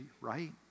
right